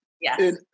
Yes